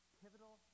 pivotal